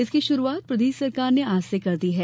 इसकी शुरूआत प्रदेश सरकार ने आज से कर दी है